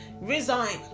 Resign